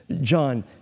John